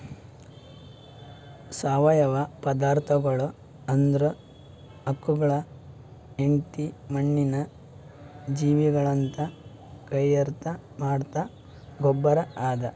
ಸಾವಯವ ಪದಾರ್ಥಗೊಳ್ ಅಂದುರ್ ಆಕುಳದ್ ಹೆಂಡಿ, ಮಣ್ಣಿನ ಜೀವಿಗೊಳಲಿಂತ್ ತೈಯಾರ್ ಮಾಡಿದ್ದ ಗೊಬ್ಬರ್ ಅದಾ